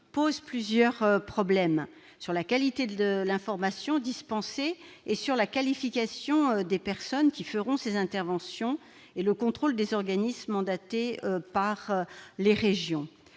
questions, notamment sur la qualité de l'information dispensée, la qualification des personnes qui feront ces interventions et le contrôle des organismes mandatés par les régions.